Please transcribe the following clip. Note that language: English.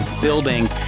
building